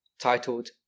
titled